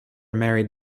married